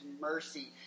mercy